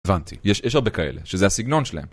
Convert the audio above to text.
הבנתי, יש אשר בכאלה שזה הסגנון שלהם